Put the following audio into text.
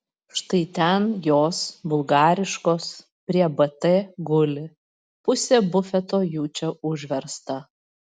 štai ten jos bulgariškos prie bt guli pusė bufeto jų čia užversta